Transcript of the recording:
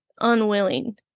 unwilling